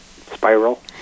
spiral